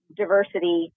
diversity